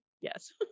Yes